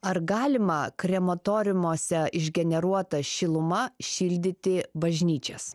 ar galima krematoriumuose išgeneruota šiluma šildyti bažnyčias